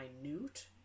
minute